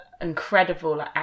incredible